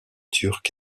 turc